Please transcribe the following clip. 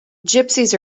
gypsies